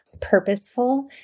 purposeful